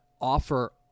offer